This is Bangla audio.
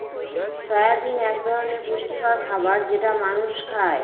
সয়াবিন এক ধরনের পুষ্টিকর খাবার যেটা মানুষ খায়